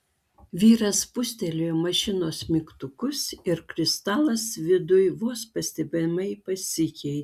vyras spustelėjo mašinos mygtukus ir kristalas viduj vos pastebimai pasikeitė